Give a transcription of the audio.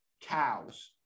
cows